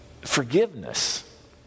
Forgiveness